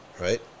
right